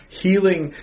healing